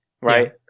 right